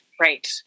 right